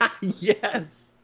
Yes